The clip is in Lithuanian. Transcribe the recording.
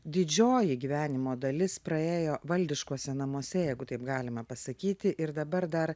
didžioji gyvenimo dalis praėjo valdiškuose namuose jeigu taip galima pasakyti ir dabar dar